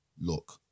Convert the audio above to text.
Look